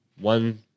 One